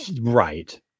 Right